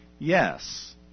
Yes